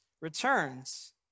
returns